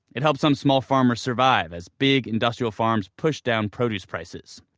it helped some small farmers survive as big industrial farms pushed down produce prices.